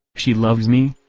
she loves me?